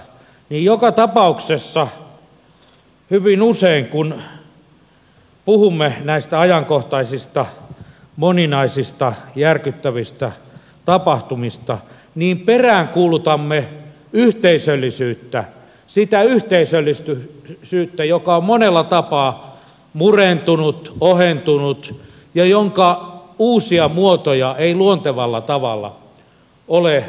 joka tapauksessa hyvin usein kun puhumme näistä ajankohtaisista moninaisista järkyttävistä tapahtumista peräänkuulutamme yhteisöllisyyttä sitä yhteisöllisyyttä joka on monella tapaa murentunut ohentunut ja jonka uusia muotoja ei luontevalla tavalla ole löydetty